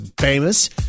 famous